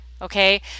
okay